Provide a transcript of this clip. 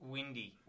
Windy